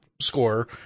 score